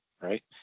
right